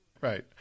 Right